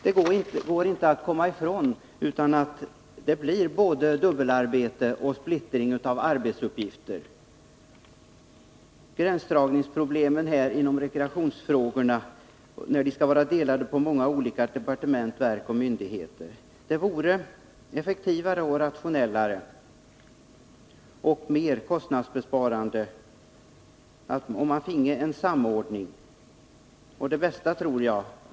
Det går inte att komma ifrån att det blir både dubbelarbete och splittring av arbetsuppgifterna samt gränsdragningsproblem då det gäller rekreationsfrågorna, när de skall vara uppdelade på många olika departement, verk och myndigheter. Det vore effektivare, rationellare och mer kostnadsbesparande, om man finge en samordning.